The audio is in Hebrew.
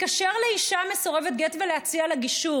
להתקשר לאישה מסורבת גט ולהציע לה גישור